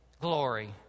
glory